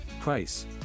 Price